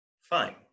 Fine